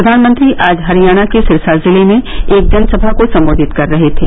प्रधानमंत्री आज हरियाणा के सिरसा जिले में एक जनसभा को सम्बोधित कर रहे थे